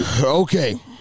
Okay